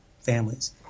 families